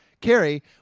Carrie